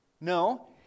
No